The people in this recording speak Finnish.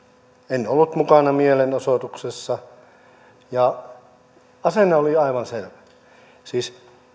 en ollut mukana mielenosoituksessa asenne oli aivan selvä siis